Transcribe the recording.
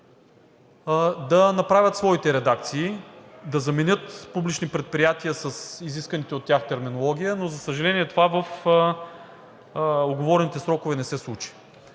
да направят своите редакции, да заменят публични предприятия с изисканата от тях терминология, но за съжаление, това в уговорените срокове не се случи.